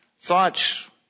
Thoughts